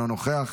אינו נוכח,